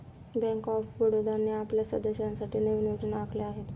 bank of बडोदाने आपल्या सदस्यांसाठी नवीन योजना आखल्या आहेत